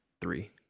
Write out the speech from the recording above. three